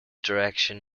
direction